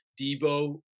Debo